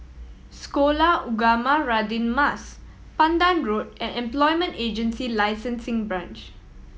Sekolah Ugama Radin Mas Pandan Road and Employment Agency Licensing Branch